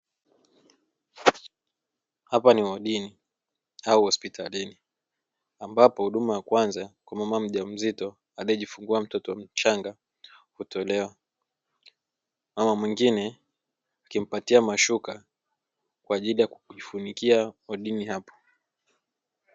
Hapa ni wodini au hospitalini ambapo huduma ya kwanza kwa mama mjamzito anayejifungua mtoto mchanga kutolewa, mama mwingine akimpatia mashuka kwa ajili ya kujifunikia wodini hapo.